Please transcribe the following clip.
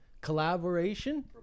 collaboration